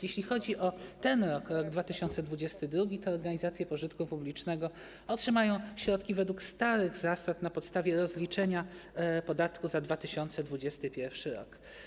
Jeśli chodzi o ten rok, rok 2022, to organizacje pożytku publicznego otrzymają środki według starych zasad, na postawie rozliczenia podatku za 2021 r.